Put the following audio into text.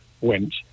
went